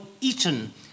eaten